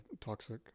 toxic